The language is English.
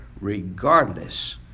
regardless